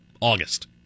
August